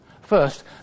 First